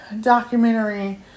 documentary